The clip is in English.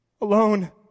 alone